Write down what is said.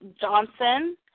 Johnson